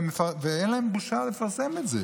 אין להם בושה לפרסם את זה.